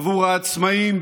עבור העצמאים,